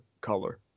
color